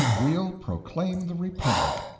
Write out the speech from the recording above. we'll proclaim the republic.